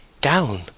down